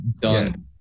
Done